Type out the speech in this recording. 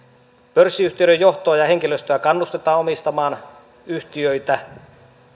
pörssiyhtiöiden johtoa ja henkilöstöä kannustetaan omistamaan yhtiöitä